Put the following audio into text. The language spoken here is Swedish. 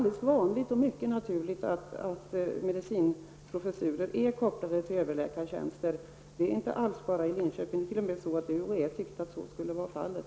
Det är vanligt och mycket naturligt att medicinprofessurer är kopplade till överläkartjänster. Det är inte alls bara i Linköping. Det är t.o.m. så att UHÄ tyckte att så skulle vara fallet.